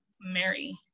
Mary